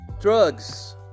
drugs